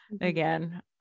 again